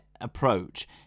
approach